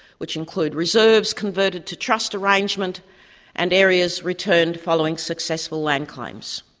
which include reserves converted to trust arrangement and areas returned following successful land claims.